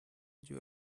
you